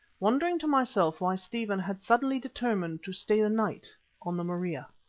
wondering to myself why stephen had suddenly determined to stay the night on the maria.